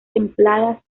templadas